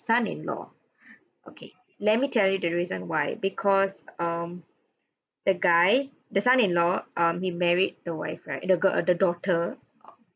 son in law okay let me tell you the reason why because um the guy the son in law um he married the wife right the girl uh the daughter